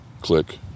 click